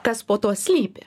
kas po to slypi